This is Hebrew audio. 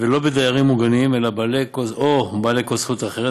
ולא בדיירים מוגנים או בעלי כל זכות אחרת,